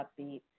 upbeat